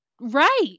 right